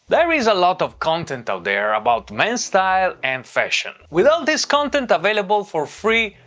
there is a lot of content out there about men's style and fashion. with all this content available for free,